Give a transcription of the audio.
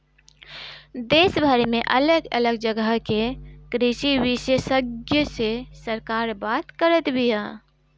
देशभर में अलग अलग जगह के कृषि विशेषग्य से सरकार बात करत बिया